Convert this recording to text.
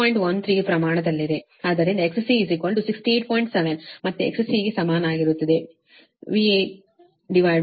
ಮತ್ತೆ XC ಗೆ ಸಮನಾಗಿರುತ್ತದೆ VRICಅನ್ನು ಬಲವಾಗಿ ಬರೆಯಬಹುದು ಇದುVRIC ಇದು 68